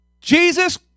Jesus